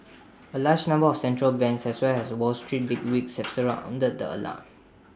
A large number of central banks as well as wall street bigwigs have Sara wounded the alarm